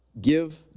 give